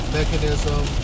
mechanism